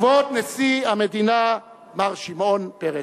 כבוד נשיא המדינה מר שמעון פרס.